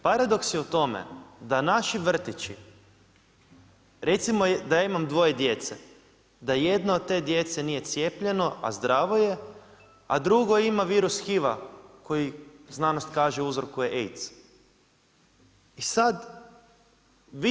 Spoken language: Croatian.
Paradoks je u tome da naši vrtići, recimo, da ja imam 2 djece, da jedno od te djece nije cijepljeno, a zdravo je a drugo ima virus HIV-a koji znanost kaže uzrokuje ADIS.